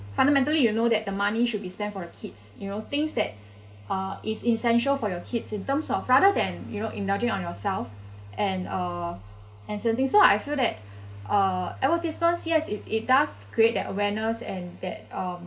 fundamentally you know that the money should be spent for the kids you know things that uh is essential for your kids in terms of rather than you know indulging on yourself and uh and certain things so I feel that uh advertisements yes it it does create that awareness and that um